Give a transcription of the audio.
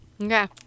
Okay